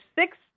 six